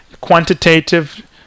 quantitative